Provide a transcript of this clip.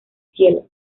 cielo